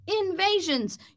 invasions